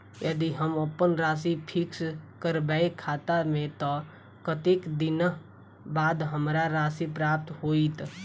यदि हम अप्पन राशि फिक्स करबै खाता मे तऽ कत्तेक दिनक बाद हमरा राशि प्राप्त होइत?